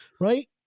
Right